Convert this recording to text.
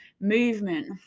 movement